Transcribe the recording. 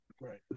right